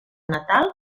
natal